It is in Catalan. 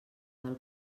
del